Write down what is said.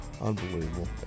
Unbelievable